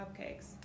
Cupcakes